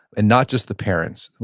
and not just the parents.